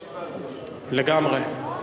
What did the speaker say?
לגמרי.